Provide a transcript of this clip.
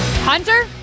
Hunter